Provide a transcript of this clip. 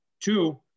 Two